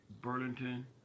Burlington